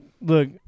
look